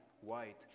white